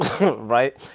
right